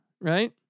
right